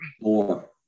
More